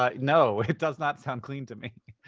ah no, it does not sound clean to me.